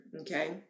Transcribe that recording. Okay